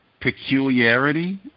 peculiarity